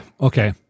okay